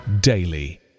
daily